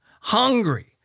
hungry